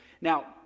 Now